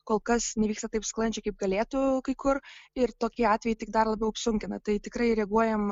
kol kas nevyksta taip sklandžiai kaip galėtų kai kur ir tokie atvejai tik dar labiau apsunkina tai tikrai reaguojam